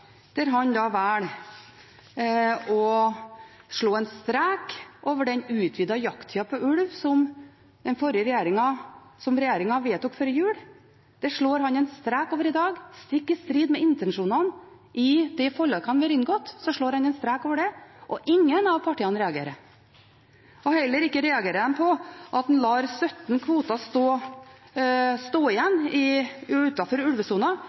der han velger å slå en strek over den utvidede jakttiden på ulv som regjeringen vedtok før jul – det slår han en strek over i dag. Stikk i strid med intensjonene i de forlikene vi har inngått, slår han en strek over det, og ingen av partiene reagerer. Heller ikke reagerer de på at en lar en kvote på 17 dyr stå igjen